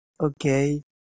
Okay